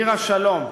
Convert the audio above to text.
עיר השלום,